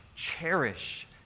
cherish